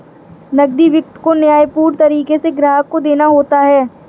नकदी वित्त को न्यायपूर्ण तरीके से ग्राहक को देना होता है